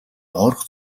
доорх